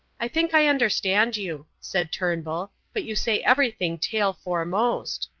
i think i understand you, said turnbull, but you say everything tail foremost.